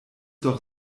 doch